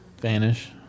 Vanish